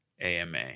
AMA